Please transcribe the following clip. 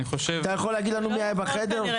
תוכל לומר לנו מי היה בחדר?